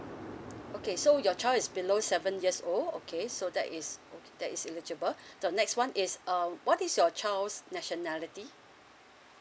okay so your child is below seven years old okay so that is ok~ that is eligible the next one is um what is your child's nationality